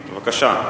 בבקשה,